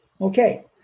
okay